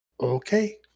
okay